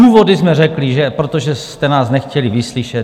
Důvody jsme řekli protože jste nás nechtěli vyslyšet.